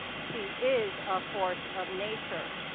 she is a force of nature.